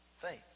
faith